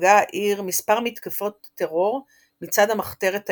ספגה העיר מספר מתקפות טרור מצד המחתרת האירית.